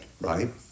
right